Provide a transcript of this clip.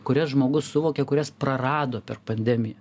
kurias žmogus suvokia kurias prarado per pandemiją